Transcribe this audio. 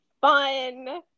fun